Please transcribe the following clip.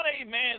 amen